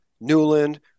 Newland